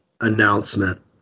...announcement